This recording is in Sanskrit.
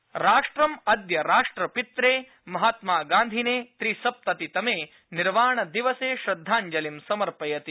गान्धी जयन्ती राष्ट्रम् अद्य राष्ट्रपित्रे महात्मागान्धिने त्रिसप्ततितमे निर्वाणदिवसे श्रद्धाञ्जलिं समर्पयति